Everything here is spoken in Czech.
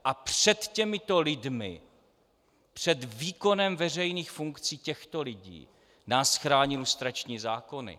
A před těmito lidmi, před výkonem veřejných funkcí těchto lidí nás chrání lustrační zákony.